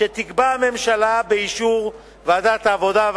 שתקבע הממשלה באישור ועדת העבודה,